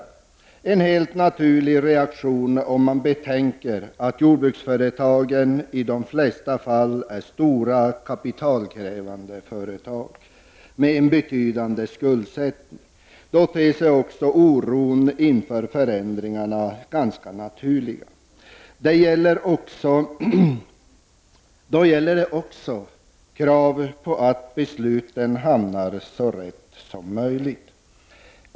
Det är en helt naturlig reaktion, om man betänker att jordbruksföretagen i dag i de flesta fall är stora och kapitalkrävande företag med betydande skuldsättning. Detta ställer krav på att besluten blir så korrekta som möjligt.